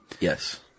Yes